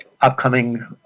upcoming